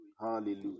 Hallelujah